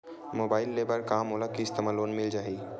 Mobile ले बर का मोला किस्त मा लोन मिल जाही?